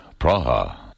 Praha